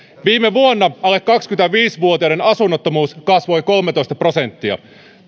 viime vuonna alle kaksikymmentäviisi vuotiaiden asunnottomuus kasvoi kolmetoista prosenttia